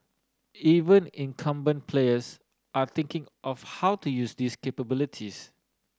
even incumbent players are thinking of how to use these capabilities